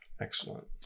excellent